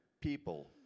people